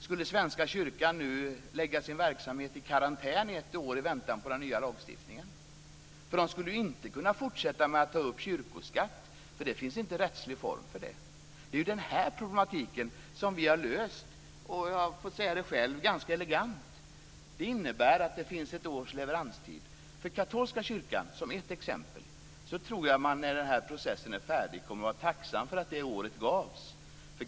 Ska Svenska kyrkan lägga sin verksamhet i karantän ett år i väntan på den nya lagstiftningen? Kyrkan skulle inte kunna fortsätta att ta ut kyrkoskatt eftersom det inte finns en rättslig form för det. Det är det problemet som vi har löst - tycker jag själv - elegant. Det innebär ett års leveranstid. Jag tror att katolska kyrkan - som ett exempel - efter det att denna process är färdig kommer att vara tacksam för det året.